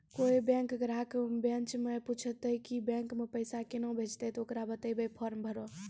कोय बैंक ग्राहक बेंच माई पुछते की बैंक मे पेसा केना भेजेते ते ओकरा बताइबै फॉर्म भरो